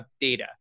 data